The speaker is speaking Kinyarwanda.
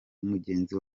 mugenzi